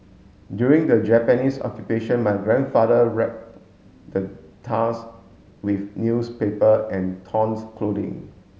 during the Japanese Occupation my grandfather wrapped the tusk with newspaper and trons clothing